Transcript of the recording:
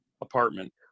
apartment